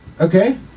Okay